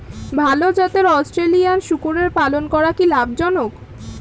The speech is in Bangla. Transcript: ভাল জাতের অস্ট্রেলিয়ান শূকরের পালন করা কী লাভ জনক?